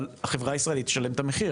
אבל החברה הישראלית תשלם את המחיר.